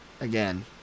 Again